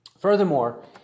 furthermore